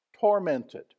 tormented